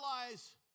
realize